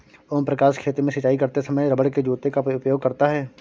ओम प्रकाश खेत में सिंचाई करते समय रबड़ के जूते का उपयोग करता है